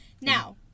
Now